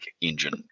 engine